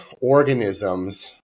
organisms –